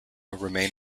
remain